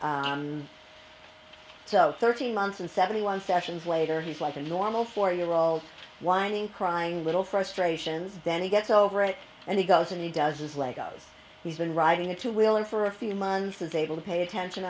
that so thirteen months and seventy one sessions later he's like a normal four year old whining crying little frustrations then he gets over it and he goes and he does his lego's he's been riding a two wheeler for a few months is able to pay attention